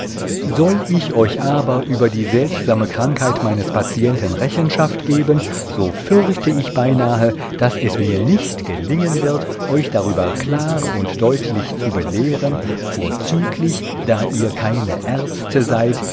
soll ich euch aber über die seltsame krankheit meines patienten rechenschaft geben so fürchte ich beinahe daß es mir nicht gelingen wird euch darüber klar und deutlich zu belehren vorzüglich da ihr keine ärzte seid